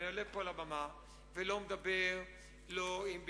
אם תיתן לי לדבר על ההסכם.